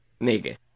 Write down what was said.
nigga